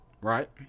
right